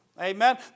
Amen